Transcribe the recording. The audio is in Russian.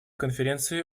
конференции